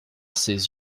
ses